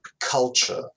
culture